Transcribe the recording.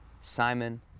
Simon